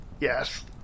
Yes